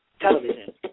television